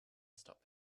stop